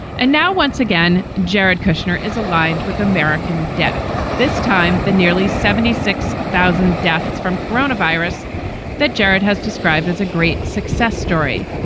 and now, once again, jared kushner is aligned with american death. this time, the nearly seventy six thousand deaths from corona virus that jared has described as a great success story.